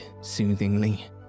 soothingly